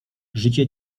życie